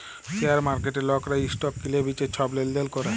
share মার্কেটে লকরা stock কিলে বিঁচে ছব লেলদেল ক্যরে